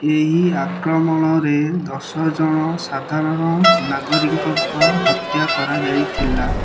ଏହି ଆକ୍ରମଣରେ ଦଶଜଣ ସାଧାରଣ ନାଗରିକଙ୍କ ହତ୍ୟା କରାଯାଇଥିଲା